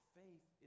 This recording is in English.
faith